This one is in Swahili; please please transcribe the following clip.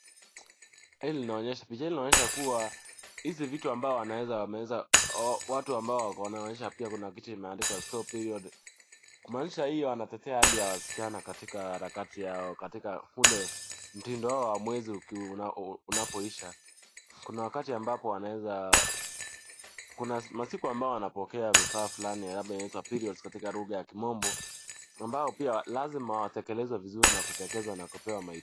Hii inaonyesha, picha inaonyesha kuwa hizi vitu ambazo wanaweza wameweza, watu ambao wako wanaonyesha pia kuna kitu imeandikwa stop period . Kumaanisha hiyo wanatetea hali ya wasichana katika harakati yao, katika ule mtindo wao wa mwezi unapoisha. Kuna wakati ambapo wanaweza, kuna masiku ambayo wanapokea vifaa fulani labda inaitwa periods katika lugha ya kimombo, ambayo pia lazima watekelezwe vizuri na kutekezwa na kupewa mahitaji.